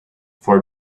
for